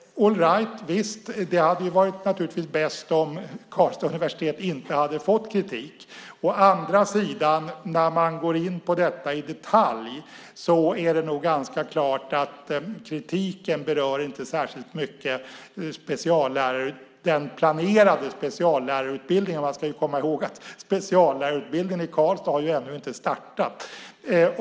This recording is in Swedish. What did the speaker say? All right, visst, det hade naturligtvis varit bäst om Karlstads universitet inte hade fått kritik. När man å andra sidan går in på detta i detalj står det ganska klart att kritiken inte särskilt mycket berör den planerade speciallärarutbildningen - man ska ju komma ihåg att speciallärarutbildningen i Karlstad ännu inte har startat.